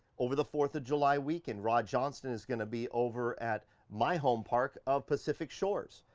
over the fourth of july weekend, rod johnston is gonna be over at my home park of pacific shores.